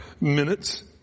minutes